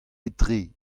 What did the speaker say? etre